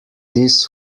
this